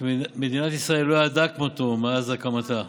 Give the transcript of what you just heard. שמדינת ישראל לא ידעה כמותו מאז הקמתה.